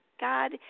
God